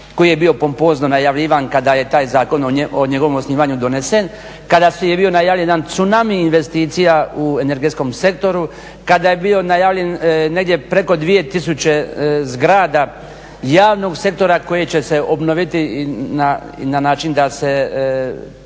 koji je bio pompozno najavljivan kada je taj zakon o njegovom osnivanju donesen, kada je bio najavljen jedan tsunamiji investicija u energetskom sektoru, kada je bio najavljen negdje preko 2000 zgrada javnog sektora koje će obnoviti i na način da se